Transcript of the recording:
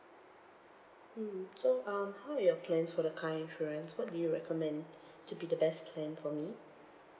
mm so um how are your plans for the car insurance what do you recommend to be the best plan for me